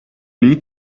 need